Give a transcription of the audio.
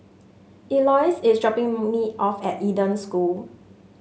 Elois is dropping me off at Eden School